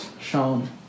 shown